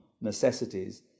necessities